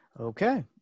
Okay